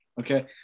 Okay